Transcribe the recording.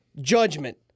judgment